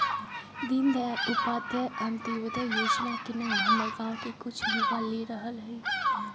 दीनदयाल उपाध्याय अंत्योदय जोजना के नाम हमर गांव के कुछ जुवा ले रहल हइ